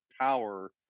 power